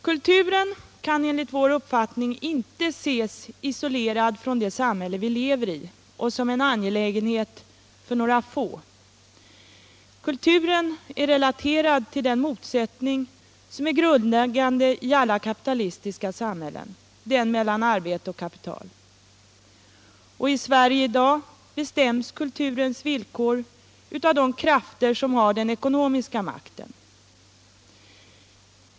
Kulturen kan enligt vår uppfattning inte ses isolerad från det samhälle vi lever i och som en angelägenhet för några få. Kulturen är relaterad till den motsättning som är grundläggande i alla kapitalistiska samhällen — den mellan arbete och kapital. I Sverige i dag bestäms kulturens villkor av de krafter som har den ekonomiska makten.